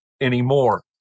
anymore